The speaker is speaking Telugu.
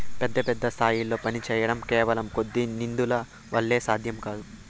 పెద్ద పెద్ద స్థాయిల్లో పనిచేయడం కేవలం కొద్ది నిధుల వల్ల సాధ్యం కాదు